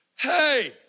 Hey